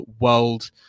world